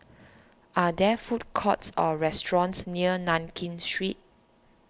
are there food courts or restaurants near Nankin Street